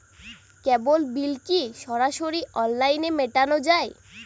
কেবল bill কি সরাসরি অনলাইনে মেটানো য়ায়?